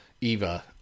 Eva